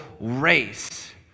race